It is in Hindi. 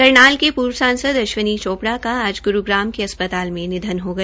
करनाल के पूर्व सांसद अश्विनी चोपड़ा का आज ग्रूग्राम के अस्पताल में निधन हो गया